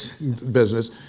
business